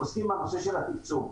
עוסקים בנושא של התקצוב.